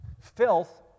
Filth